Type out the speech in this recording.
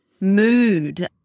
Mood